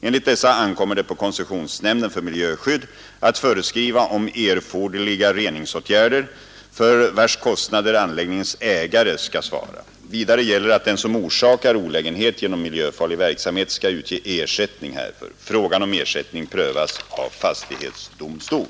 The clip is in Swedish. Enligt dessa ankommer det på koncessionsnämnden för miljöskydd att föreskriva om erforderliga reningsåtgärder, för vilkas kostnader anläggningens ägare skall svara. Vidare gäller att den som orsakar olägenhet genom miljöfarlig verksamhet skall utge ersättning härför. Frågan om ersättning prövas av fastighetsdomstol.